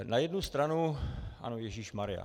Na jednu stranu Ano, ježíšmarjá.